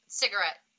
cigarette